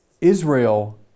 Israel